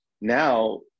now